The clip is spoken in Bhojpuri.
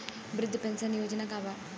वृद्ध पेंशन योजना का बा?